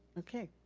okay,